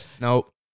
nope